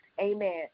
amen